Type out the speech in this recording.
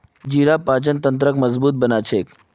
जीरा पाचन तंत्रक मजबूत बना छेक